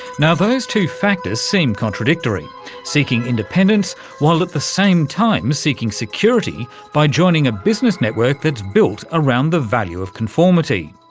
now, those two factors seem contradictory seeking independence while at the same time seeking security by joining a business network that's built around the value of conformity.